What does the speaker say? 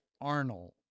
Arnold